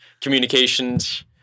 communications